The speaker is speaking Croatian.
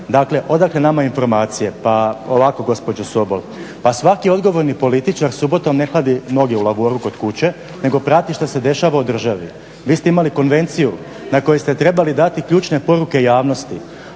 Dakle odakle nama informacija? Pa ovako gospođo Sobol, pa svaki odgovorni političar subotom ne hladi noge u lavoru kod kuće nego prati što se dešava u državi. Vi ste imali konvenciju na kojoj ste trebali dati ključne poruke javnosti,